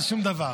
זה שום דבר.